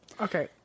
Okay